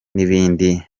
n’ibindi